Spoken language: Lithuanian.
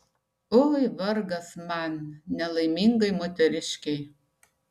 oi vargas man nelaimingai moteriškei